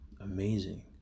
amazing